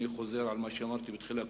אני חוזר על מה שאמרתי בתחילה,